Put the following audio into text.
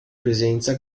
presenza